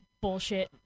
bullshit